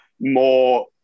more